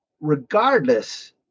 regardless